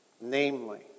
Namely